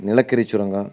நிலக்கரி சுரங்கம்